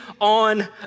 on